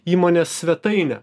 įmonės svetainę